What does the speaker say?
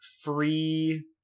free